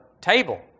table